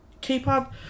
K-pop